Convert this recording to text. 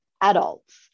adults